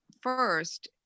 first